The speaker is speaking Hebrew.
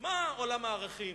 מה עולם הערכים,